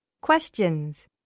Questions